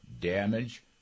damage